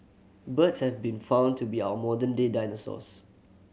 birds have been found to be our modern day dinosaurs